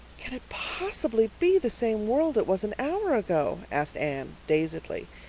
can it possibly be the same world it was an hour ago? asked anne, dazedly.